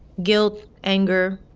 guilt, anger,